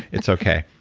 it's okay.